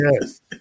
yes